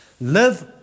Live